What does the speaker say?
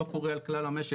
לא קורה על כלל המשק.